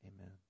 Amen